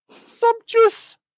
Sumptuous